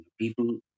people